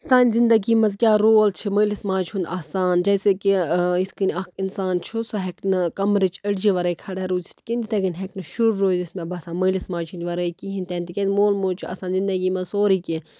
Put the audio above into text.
سانہِ زندگی منٛز کیٛاہ رول چھِ مٲلِس ماجہِ ہُنٛد آسان جیسے کہِ یِتھ کَنۍ اَکھ اِنسان چھُ سُہ ہٮ۪کہِ نہٕ کَمرٕچ أڈجہِ وَرٲے کھڑا روٗزِتھ کِہیٖنۍ تِتھَے کَنۍ ہٮ۪کہِ نہٕ شُر روٗزِتھ مےٚ باسان مٲلِس ماجہِ ہِنٛدۍ وَرٲے کِہیٖنۍ تہِ نہٕ تِکیٛازِ مول موج چھُ آسان زندگی منٛز سورٕے کیٚنٛہہ